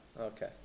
Okay